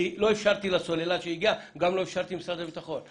כי לא אפשרתי לסוללה שהגיעה לדבר וגם לא אפשרתי למשרד הביטחון.